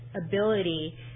ability